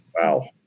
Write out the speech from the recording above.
wow